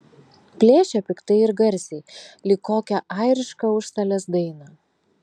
plėšė piktai ir garsiai lyg kokią airišką užstalės dainą